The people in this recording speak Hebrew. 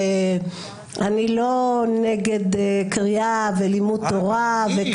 אני לא קריאה ולימוד תורה,